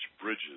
bridges